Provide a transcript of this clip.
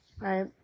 right